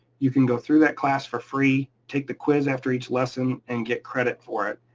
you can go through that class for free, take the quiz after each lesson and get credit for it,